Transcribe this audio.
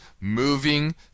moving